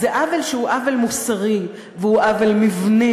זה עוול שהוא עוול מוסרי והוא עוול מבני,